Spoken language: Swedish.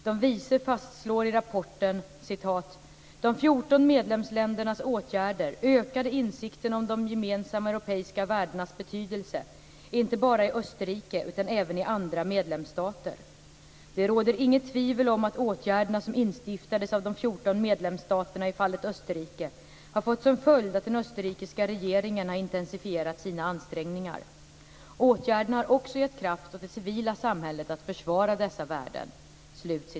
"De vise" fastslår i rapporten: "De fjorton medlemsländernas åtgärder ökade insikten om de gemensamma europeiska värdenas betydelse, inte bara i Österrike utan även i andra medlemsstater. Det råder inget tvivel om att åtgärderna som instiftades av de fjorton medlemsstaterna i fallet Österrike har fått som följd att den österrikiska regeringen har intensifierat sina ansträngningar. Åtgärderna har också gett kraft åt det civila samhället att försvara dessa värden."